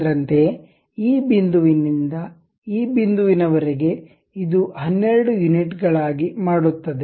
ಅದರಂತೆಯೇ ಈ ಬಿಂದುವಿನಿಂದ ಈ ಬಿಂದುವಿನ ವರೆಗೆ ಇದು 12 ಯೂನಿಟ್ ಗಳಾಗಿ ಮಾಡುತ್ತದೆ